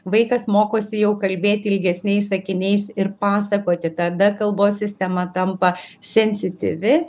vaikas mokosi jau kalbėti ilgesniais sakiniais ir pasakoti tada kalbos sistema tampa sensityvi